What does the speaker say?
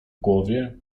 głowie